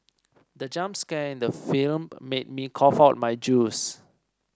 the jump scare in the film made me cough out my juice